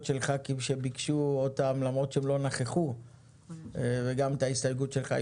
של חברי כנסת שביקשו אותן למרות שהם לא נכחו וגם את ההסתייגות שלך.